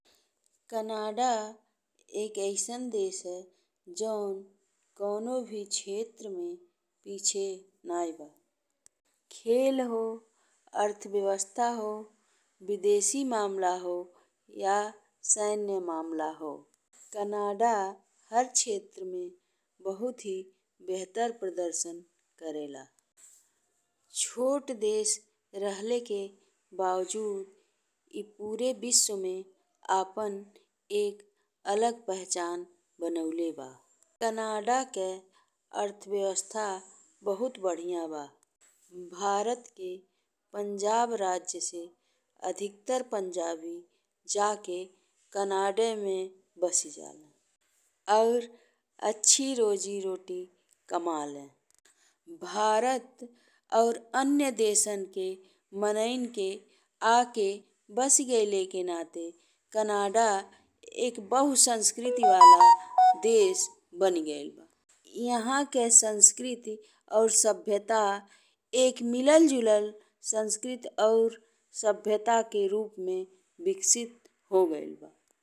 Canada एक अइसन देश है जौन कउनो भी क्षेत्र में पीछे नाहीं बा। खेल हो, अर्थव्यवस्था हो, विदेशी मामला हो या सैन्य मामला हो। कनाडा हर क्षेत्र में बहुत ही बेहतर प्रदर्शन करेला। छोट देश रहले के बावजूद पूरे विश्व में आपन एक अलग पहचान बनाउले बा। कनाडा के अर्थव्यवस्था बहुत बढ़िया बा। भारत के पंजाब राज्य से अधिकतर पंजाबी जाके कनाडे में बसी जाले और अच्छी रोजी रोटी कमाले। भारत और अन्य देशन के मनईन के आके बसी गइल के नाते कनाडा एक बहु-संस्कृति वाला देश बनी गइल बा। एहाँ के संस्कृति और सभ्यता एक मिलल-जुलल संस्कृति और सभ्यता के रूप में विकसित हो गइल बा।